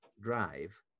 drive